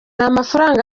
amafaranga